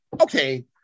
okay